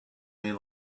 may